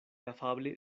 afable